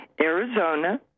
Arizona